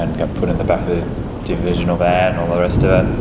and got put in the back of the divisional van, all the rest of it.